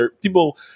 people